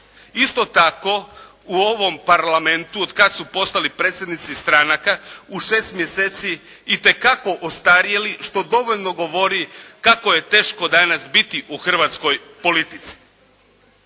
isto tako u ovom Parlamentu od kada su postali predsjednici stranaka, u šest mjeseci itekako ostarjeli što dovoljno govori kako je teško danas biti u hrvatskoj politici.